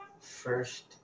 first